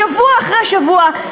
שבוע אחרי שבוע,